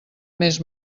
més